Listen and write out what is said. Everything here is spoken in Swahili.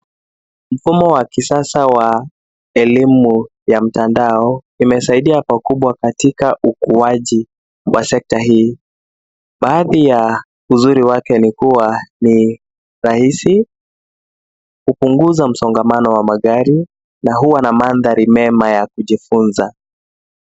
Mfumo wa kisasa wa elimu ya mtandao, imesaidia pakubwa katika ukuaji wa sekta hii. Baadhi ya uzuri wake ni kuwa, ni rahisi, kupunguza msongamano wa magari, na huwa na mandhari mema ya kujifunza.